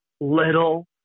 little